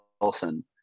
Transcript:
Wilson